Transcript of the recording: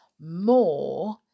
more